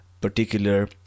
particular